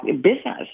business